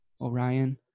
Orion